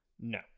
No